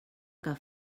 que